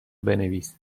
بنویس